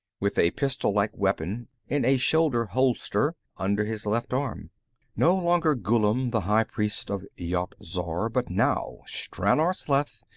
with a pistollike weapon in a shoulder holster under his left arm no longer ghullam the high priest of yat-zar, but now stranor sleth,